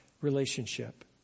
relationship